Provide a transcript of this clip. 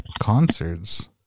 concerts